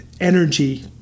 energy